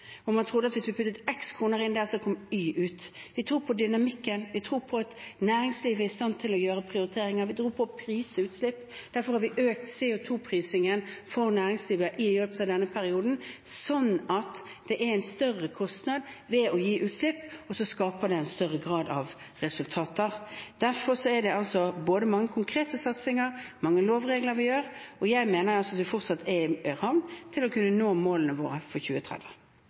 man tror at hvis man putter x kroner inn der, kommer y kr ut – som tror på dynamikken. Vi tror på at næringslivet er i stand til å gjøre prioriteringer, vi tror på å prise utslipp. Derfor har vi økt CO 2 -prisingen for næringslivet i løpet av denne perioden, slik at utslipp gir en større kostnad, og det skaper en større grad av resultater. Derfor gjør vi både mange konkrete satsinger og mye med lover og regler, og jeg mener at vi fortsatt er i stand til å kunne nå målene våre for 2030.